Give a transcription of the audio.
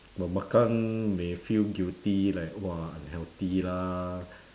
but makan may feel guilty like !wah! unhealthy lah